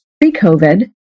pre-COVID